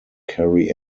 carry